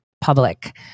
public